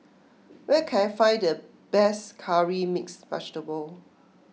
where can I find the best Curry Mixed Vegetable